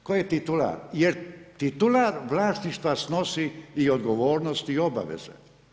Tko je titular, jer titular vlasništva snosi i odgovornosti i obaveze.